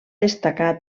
destacar